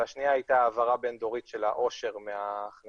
והשנייה הייתה העברה בין דורית של העושר מההכנסות